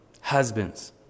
husbands